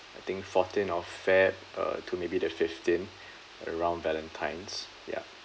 I think fourteen of feb err to maybe the fifteen around valentine's ya